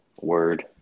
Word